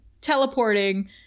teleporting